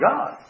God